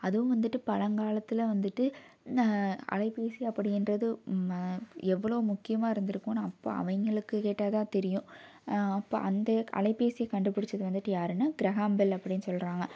அதுவும் வந்துட்டு பழங்காலத்துல வந்துட்டு அலைப்பேசி அப்படிகிறது ம எவ்வளோ முக்கியமாக இருந்திருக்கும்னு அப்போது அவங்களுக்கு கேட்டால்தான் தெரியும் அப்போது அந்த அலைப்பேசியை கண்டுபிடிச்சது வந்துட்டு யாருன்னால் கிரகாம் பெல் அப்படின்னு சொல்கிறாங்க